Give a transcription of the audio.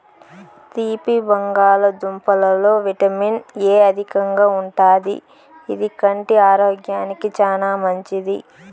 తీపి బంగాళదుంపలలో vitamin A అధికంగా ఉంటాది, ఇది కంటి ఆరోగ్యానికి చానా మంచిది